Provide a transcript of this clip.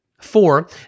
Four